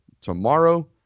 tomorrow